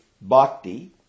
Bhakti